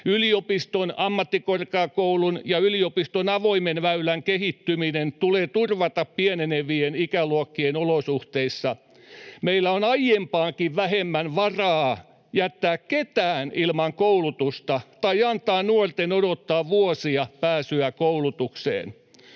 Yliopiston, ammattikorkeakoulun ja yliopiston avoimen väylän kehittyminen tulee turvata pienenevien ikäluokkien olosuhteissa. Meillä on aiempaakin vähemmän varaa jättää ketään ilman koulutusta tai antaa nuorten odottaa vuosia pääsyä koulutukseen.